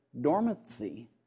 dormancy